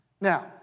Now